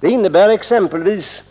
Det innebär att exempelvis